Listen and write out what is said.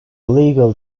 legal